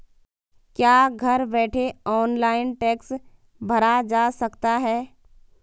क्या घर बैठे ऑनलाइन टैक्स भरा जा सकता है?